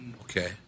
Okay